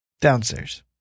Downstairs